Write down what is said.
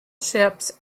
ships